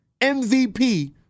MVP